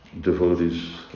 devotees